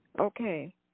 Okay